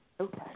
Okay